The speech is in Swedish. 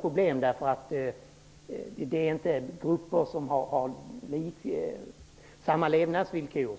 Problemet var att det hela gällde grupper som inte hade samma levnadsvillkor.